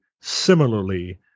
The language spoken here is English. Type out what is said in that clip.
similarly